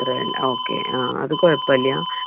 അത്രയുണ്ടോ okay ആ അത് കുഴപ്പമില്ല